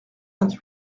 vingt